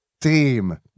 team